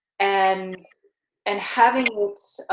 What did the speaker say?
and and having